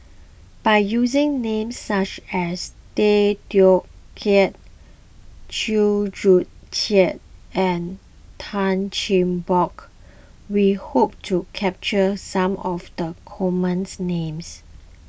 by using names such as Tay Teow Kiat Chew Joo Chiat and Tan Cheng Bock we hope to capture some of the common names